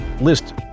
list